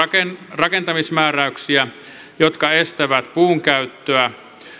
rakentamismääräyksiä jotka estävät puun käyttöä